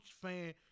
fan